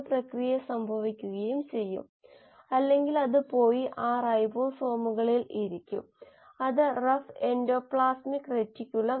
കോശ സൂചകങ്ങളിലൂടെ ഒരു ജാലകം തുറക്കുക redox state energy state intracellular P